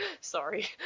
Sorry